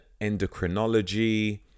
endocrinology